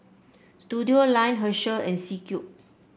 Studioline Herschel and C Cube